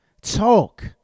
talk